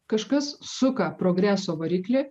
kažkas suka progreso variklį